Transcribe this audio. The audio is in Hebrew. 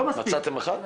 מצאתם אחד?